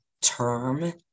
term